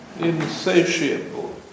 insatiable